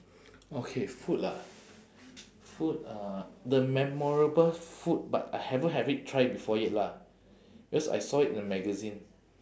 okay food ah food uh the memorable food but I haven't have it try before yet lah because I saw it in a magazine